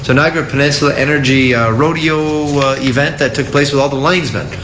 and peninsula energy rodeo event that took place with all the lines men.